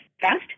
fast